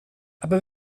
aber